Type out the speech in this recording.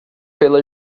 pela